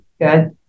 good